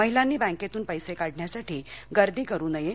महिलांनी बँकेतून पैसे काढण्यासाठी गर्दी करू नये